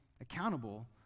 accountable